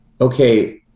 okay